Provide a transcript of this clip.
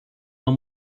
não